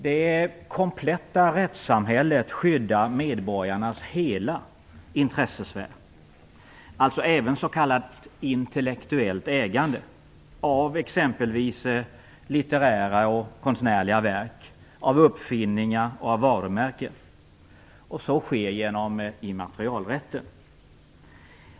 Det kompletta rättssamhället skyddar medborgarnas hela intressesfär, alltså även s.k. intellektuellt ägande av exempelvis litterära och konstnärliga verk, av uppfinningar och av varumärken. Så sker genom immaterialrätten.